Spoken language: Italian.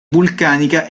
vulcanica